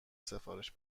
سفارش